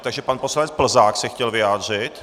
Takže pan poslanec Plzák se chtěl vyjádřit.